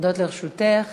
עומדות לרשותך